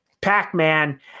Pac-Man